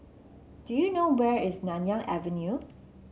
do you know where is Nanyang Avenue